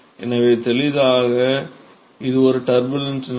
எனவே தெளிவாக இது ஒரு டர்புலன்ட் நிலை